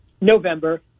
November